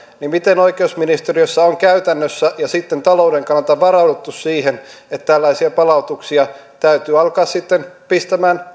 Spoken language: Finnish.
miten oikeusministeriössä on käytännössä ja sitten talouden kannalta varauduttu siihen että tällaisia palautuksia täytyy alkaa pistämään